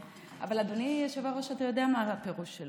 אבל אדוני היושב-ראש, אתה יודע מה הפירוש שלו.